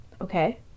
Okay